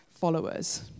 followers